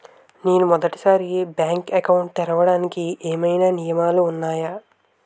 నేను మొదటి సారి బ్యాంక్ అకౌంట్ తెరవడానికి ఏమైనా నియమాలు వున్నాయా?